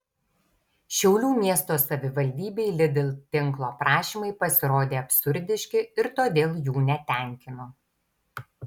šiaulių miesto savivaldybei lidl tinklo prašymai pasirodė absurdiški ir todėl jų netenkino